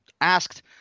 asked